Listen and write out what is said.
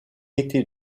été